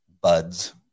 Buds